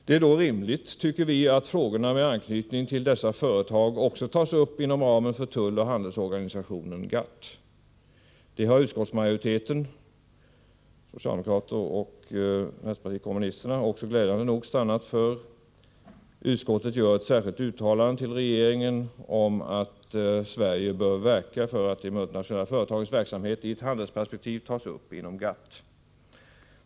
Det är då rimligt, tycker vi, att frågorna med anknytning till dessa företag också tas upp inom ramen för tulloch handelsorganisationen GATT. Det har utskottsmajoriteten, socialdemokraterna och vänsterpartiet kommunisterna, glädjande nog också stannat för. Utskottet föreslår att riksdagen gör ett särskilt uttalande till regeringen om att Sverige bör verka för att de multinationella företagens verksamhet i ett handelsperspektiv tas upp inom GATT.